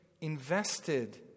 invested